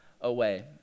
away